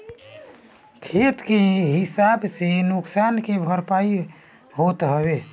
खेत के हिसाब से नुकसान के भरपाई होत हवे